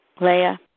Leah